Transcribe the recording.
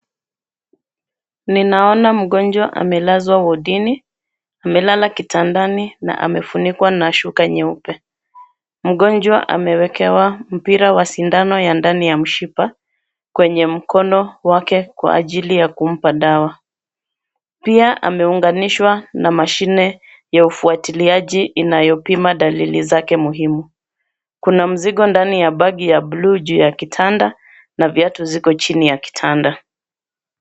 Ninaona mgonjwa amelazwa wadini. Amelala kitandani na amefunikwa na shuka nyeupe. Mgonjwa amewekewa mpira wa sindano ya ndani ya mshipa, kwenye mkono wake, kwa ajili ya kumpa dawa. Pia ameunganishwa na mashine ya ufuatiliaji, inayopima dalili zake muhimu. Kuna mzigo ndani ya bagi ya bluu juu ya kitanda na viatu ziko chini ya kitanda.